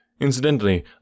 Incidentally